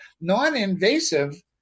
Non-invasive